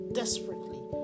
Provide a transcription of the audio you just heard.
desperately